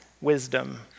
wisdom